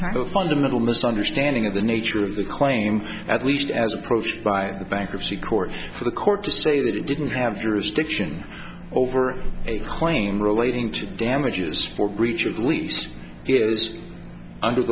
of fundamental misunderstanding of the nature of the claim at least as approached by the bankruptcy court for the court to say that it didn't have jurisdiction over a claim relating to damages for grief at least it is under